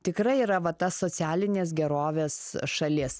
tikrai yra va ta socialinės gerovės šalis